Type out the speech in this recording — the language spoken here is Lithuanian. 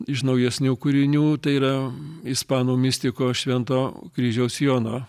iš naujesnių kūrinių tai yra ispanų mistiko švento kryžiaus jono